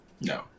No